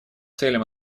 целям